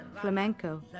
Flamenco